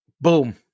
Boom